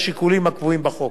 בשיקולים הקבועים בחוק.